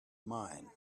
mine